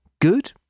good